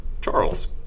Charles